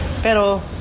Pero